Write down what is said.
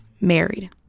married